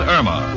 Irma